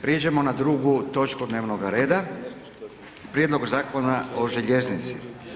Prijeđemo na drugu točku dnevnoga reda: - Prijedlog Zakona o željeznici.